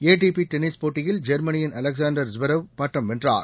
ATP tennis போட்டியில் ஜெர்மனியின் Alexander Zverev பட்டம் வென்றார்